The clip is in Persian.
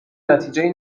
نتیجهای